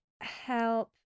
help